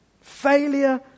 Failure